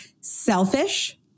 selfish